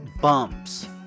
bumps